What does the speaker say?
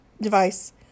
device